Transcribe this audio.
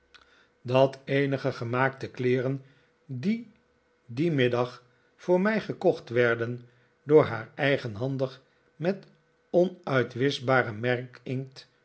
dat eenige gemaakte kleeren die dien middag voor mij gekocht werden door haar eigenhandig en met onuitwischbaren merkinkt